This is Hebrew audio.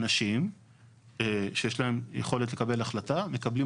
אנשים שיש להם יכולת לקבל החלטה מקבלים